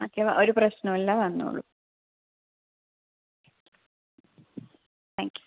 okay ഒരു പ്രശ്നവും ഇല്ല വന്നോളു താങ്ക് യു